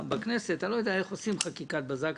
בכנסת אני לא יודע איך עושים חקיקת בזק.